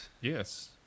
Yes